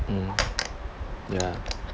mm